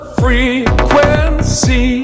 frequency